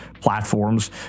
platforms